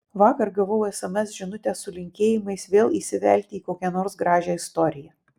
vakar gavau sms žinutę su linkėjimais vėl įsivelti į kokią nors gražią istoriją